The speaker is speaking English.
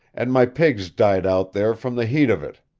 and my pigs died out there from the heat of it.